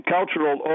Cultural